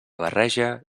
barreja